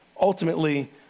ultimately